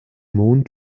mond